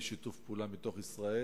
שתאושר,